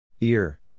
Ear